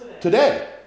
Today